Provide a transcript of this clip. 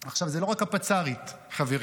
עכשיו, זה לא רק הפצ"רית, חברים.